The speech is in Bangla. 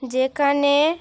যেখানে